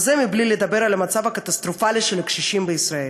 וזה בלי לדבר על המצב הקטסטרופלי של הקשישים בישראל: